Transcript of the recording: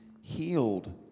healed